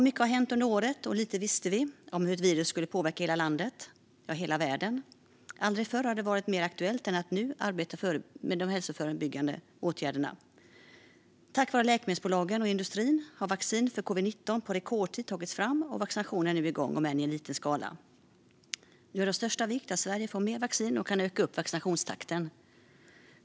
Mycket har hänt under året, och lite visste vi hur ett virus skulle påverka hela landet - ja, hela världen. Aldrig förr har det varit mer aktuellt än nu att arbeta med de hälsoförbyggande åtgärderna. Tack vare läkemedelsbolagen och läkemedelsindustrin har vaccin för covid-19 tagits fram på rekordtid, och vaccinationerna är nu igång - om än i liten skala. Nu är det av största vikt att Sverige får mer vaccin och ökar vaccinationstakten.